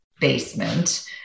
basement